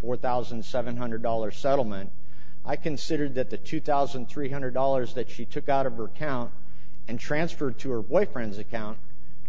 four thousand seven hundred dollars settlement i considered that the two thousand three hundred dollars that she took out of her count and transferred to her boyfriend's account